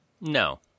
No